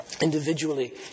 Individually